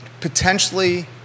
potentially